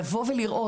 לבוא ולראות,